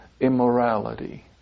immorality